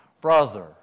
brother